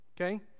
okay